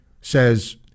says